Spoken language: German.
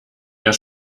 der